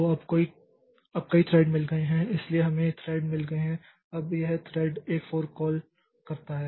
तो अब कई थ्रेड मिल गए हैं इसलिए हमें कई थ्रेड मिल गए हैं अब यह थ्रेड एक फोर्क कॉल करता है